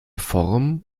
form